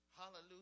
Hallelujah